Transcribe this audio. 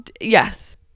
Yes